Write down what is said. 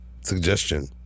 suggestion